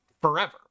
forever